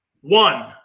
one